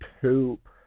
poop